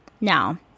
Now